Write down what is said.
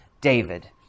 David